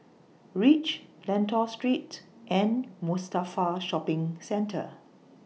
REACH Lentor Street and Mustafa Shopping Centre